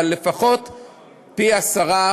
אבל לפחות פי-10,